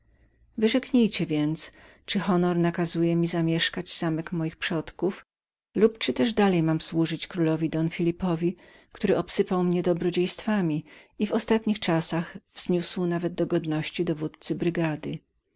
szlacheckiej wyrzeknijcie więc czy honor nakazuje mi zamieszkiwać zamek moich przodków lub też czy dalej mam służyć królowi don filipowi który obsypał mnie dobrodziejstwami i w ostatnich nawet czasach wzniósł do godności generała brygady